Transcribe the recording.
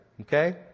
Okay